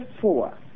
four